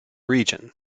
region